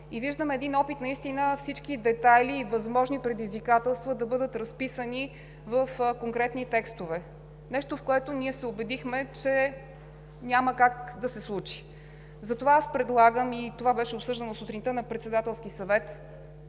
и виждаме опит наистина всички детайли и възможни предизвикателства да бъдат разписани в конкретни текстове – нещо, в което ние се убедихме, че няма как да се случи. Затова предлагам, и това беше обсъждано сутринта на Председателски съвет,